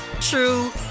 true